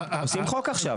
עושים חוק עכשיו.